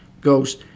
goes